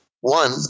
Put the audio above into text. One